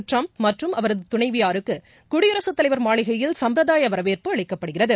Trump மற்றும் அவரதுதுணைவியாருக்கு குடியரகத் தலைவர் மாளிகையில் சம்பிரதாயவரவேற்பு அளிக்கப்படுகிறது